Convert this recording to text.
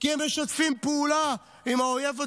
כי הם משתפים פעולה עם האויב הציוני.